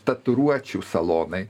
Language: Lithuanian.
tatuiruočių salonai